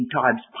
times